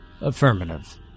Affirmative